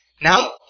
now